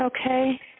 Okay